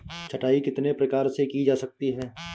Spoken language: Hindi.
छँटाई कितने प्रकार से की जा सकती है?